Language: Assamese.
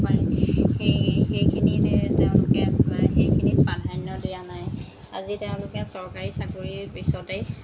হ'ব পাৰে সেই সেইখিনিৰে তেওঁলোকে সেইখিনিক প্ৰাধান্য দিয়া নাই আজি তেওঁলোকে চৰকাৰী চাকৰিৰ পিছতেই